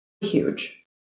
huge